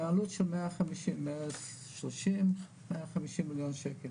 שהעלות של 130-150 מיליון שקל